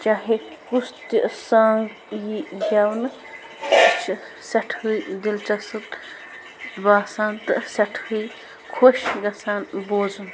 چاہے کُس تہِ سانٛگ ییہِ گیونہٕ چھِ سٮ۪ٹھاہٕے دِلچَسپ باسان تہِ سٮ۪ٹھاہٕے خۄش گژھان بوزُن